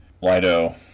Lido